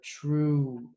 true